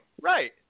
Right